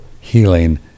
healing